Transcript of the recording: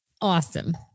Awesome